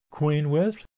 Queenwith